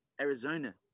Arizona